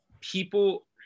people